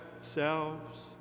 selves